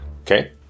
Okay